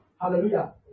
Hallelujah